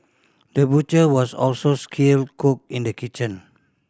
the butcher was also skilled cook in the kitchen